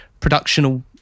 productional